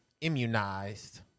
immunized